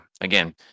again